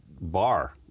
bar